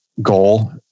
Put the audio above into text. Goal